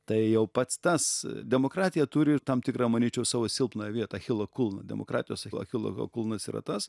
tai jau pats tas demokratija turi ir tam tikrą manyčiau savo silpnąją vietą achilo kulną demokratijos achilo kulnas yra tas